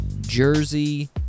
Jersey